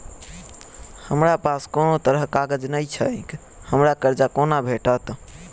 हमरा पास कोनो तरहक कागज नहि छैक हमरा कर्जा कोना भेटत?